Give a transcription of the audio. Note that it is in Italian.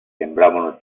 sembravano